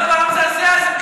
מה זה הדבר המזעזע הזה בכלל?